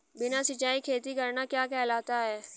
बिना सिंचाई खेती करना क्या कहलाता है?